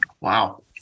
Wow